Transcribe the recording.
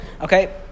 Okay